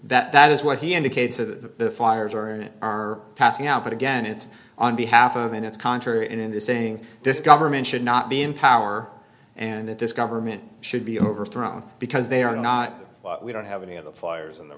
the that is what he indicated so the fires were are passing out but again it's on behalf of and it's contrary and it is saying this government should not be in power and that this government should be overthrown because they are not we don't have any of the fires on the